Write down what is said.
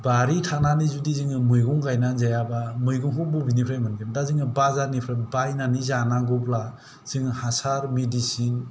बारि थानानै जदि जोङो मैगं गायनानै जायाबा मैगंखौ बबेनिफ्राय मोनगोन दा जोङो बाजारनिफ्राय बायनानै जानांगौब्ला जोङो हासार मेडिसिन